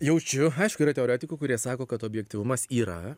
jaučiu aišku yra teoretikų kurie sako kad objektyvumas yra